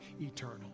eternal